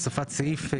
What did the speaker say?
הוספת סעיף.